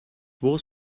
was